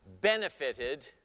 benefited